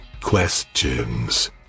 questions